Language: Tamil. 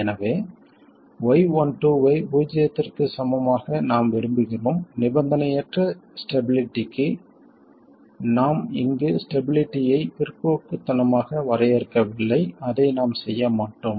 எனவே y12 ஐ பூஜ்ஜியத்திற்கு சமமாக நாம் விரும்புகிறோம் நிபந்தனையற்ற ஸ்டபிளிட்டிக்கு நாம் இங்கு ஸ்டபிளிட்டியை பிற்போக்குத்தனமாக வரையறுக்கவில்லை அதை நாம் செய்ய மாட்டோம்